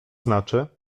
znaczy